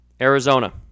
Arizona